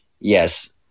yes